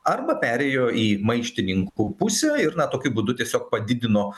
arba perėjo į maištininkų pusę ir na tokiu būdu tiesiog padidino